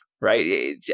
right